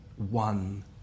one